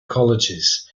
colleges